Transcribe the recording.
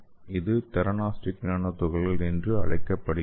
அது theranostic nano துகள்கள் என்று அழைக்கப்படுகின்றன